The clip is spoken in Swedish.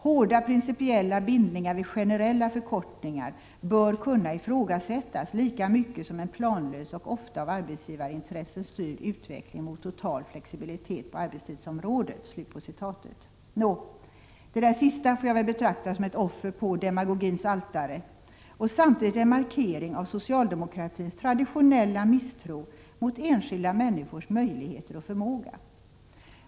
Hårda principiella bindningar vid generella förkortningar bör kunna ifrågasättas lika mycket som en planlös och ofta av arbetsgivarintressen styrd utveckling mot total flexibilitet på arbetstidsområdet.” Nå, det där sista får jag väl betrakta som ett offer på demagogins altare och samtidigt en markering av socialdemokratins traditionella misstro mot enskilda människors möjligheter och förmåga.